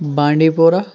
بانڈی پورہ